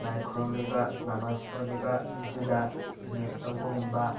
ꯂꯥꯏ ꯈꯨꯔꯨꯝꯃꯤꯕ ꯅꯃꯥꯁ ꯁꯣꯜꯂꯤꯕ ꯑꯗꯨꯗ ꯅꯦꯠ ꯂꯧꯕꯒꯨꯝꯕ